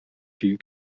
viel